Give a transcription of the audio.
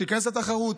שייכנס לתחרות,